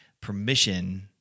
permission